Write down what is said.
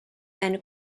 and